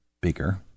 bigger